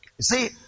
see